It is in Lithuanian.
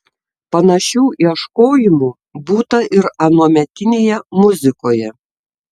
panašių ieškojimų būta ir anuometinėje muzikoje